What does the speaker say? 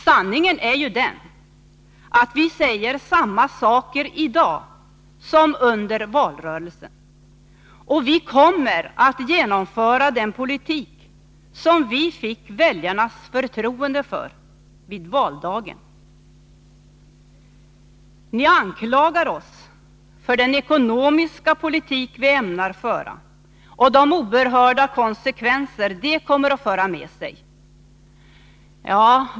Sanningen är ju den att vi säger samma saker i dag som under valrörelsen. Vi kommer att genomföra den politik som vi fick väljarnas förtroende för på valdagen. Ni anklagar oss för den ekonomiska politik vi ämnar föra och för de oerhörda konsekvenser det kommer att föra med sig.